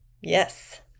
Yes